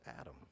Adam